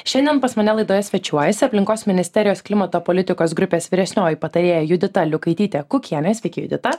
šiandien pas mane laidoje svečiuojasi aplinkos ministerijos klimato politikos grupės vyresnioji patarėja judita liukaitytė kukienė sveiki judita